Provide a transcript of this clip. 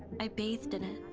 i bathed in it,